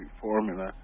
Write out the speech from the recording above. formula